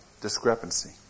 discrepancy